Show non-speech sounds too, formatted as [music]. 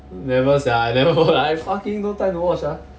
never sia I never [laughs] I fucking no time to watch ah